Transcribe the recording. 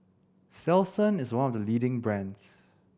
Selsun is one of the leading brands